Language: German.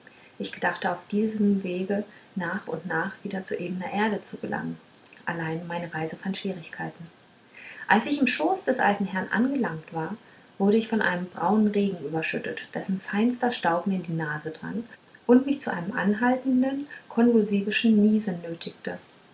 ich gedachte auf diesem wege nach und nach wieder zu ebner erde zu gelangen allein meine reise fand schwierigkeiten als ich im schoß des alten herrn angelangt war wurde ich von einem braunen regen überschüttet dessen feinster staub mir in die nase drang und mich zu einem anhaltenden konvulsivischen niesen nötigte